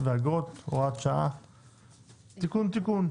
תיקון תיקון.